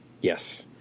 Yes